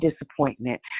disappointment